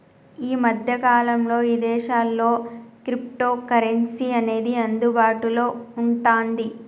యీ మద్దె కాలంలో ఇదేశాల్లో క్రిప్టోకరెన్సీ అనేది అందుబాటులో వుంటాంది